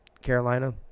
carolina